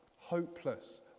Hopeless